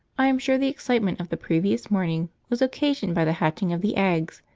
i am sure the excitement of the previous morning was occasioned by the hatching of the eggs,